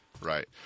right